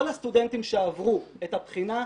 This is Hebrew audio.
כל הסטודנטים שעברו את הבחינה,